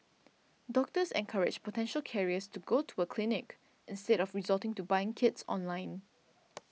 doctors encouraged potential carriers to go to a clinic instead of resorting to buying kits online